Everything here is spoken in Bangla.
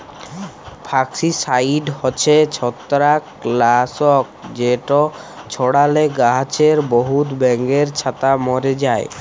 ফাঙ্গিসাইড হছে ছত্রাক লাসক যেট ছড়ালে গাহাছে বহুত ব্যাঙের ছাতা ম্যরে যায়